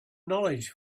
knowledge